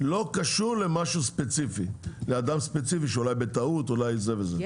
לא קשור לאדם ספציפי שאולי בטעות ואולי זה וזה,